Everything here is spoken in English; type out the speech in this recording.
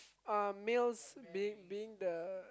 uh males being being the